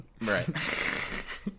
Right